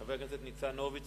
חבר הכנסת ניצן הורוביץ,